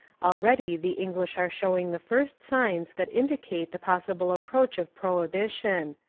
already the english are showing the first signs that indicate the possible approach of prohibition.